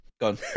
Gone